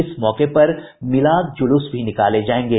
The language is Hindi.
इस मौके पर मिलाद जुलूस भी निकाले जाएंगे